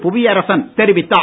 புவியரசன் தெரிவித்தார்